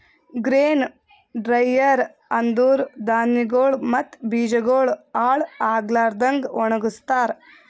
grain dryer ಅಂದುರ್ ಧಾನ್ಯಗೊಳ್ ಮತ್ತ ಬೀಜಗೊಳ್ ಹಾಳ್ ಆಗ್ಲಾರದಂಗ್ ಒಣಗಸ್ತಾರ್